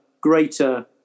greater